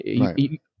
Right